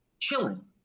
chilling